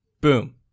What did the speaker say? Boom